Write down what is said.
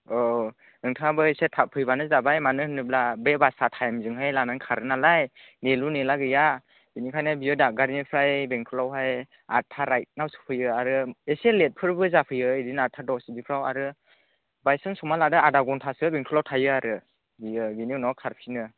औ नोंथाङाबो एसे थाब फैब्लानो जाबाय मानो होनोला बे बासआ टाइमजों लानानै खारो नालाय नेलु नेला गैया बेनिखायनो बेयो दादगारिनिफ्राय बेंटलावहाय आदथा राइटआव सफैयो आरो एसे लेटफोरबो जाफैयो बिदिनो आदथा दस बिदिफ्राव आरो बायचान्स हमना लादो आधा घन्टासो बेंटलाव थायो आरो बेयो बिनि उनाव खारफिनो